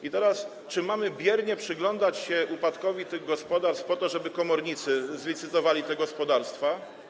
Czy teraz mamy biernie przyglądać się upadkowi tych gospodarstw po to, żeby komornicy zlicytowali te gospodarstwa?